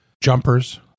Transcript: Jumpers